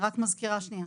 אני רק מזכירה שנייה.